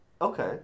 Okay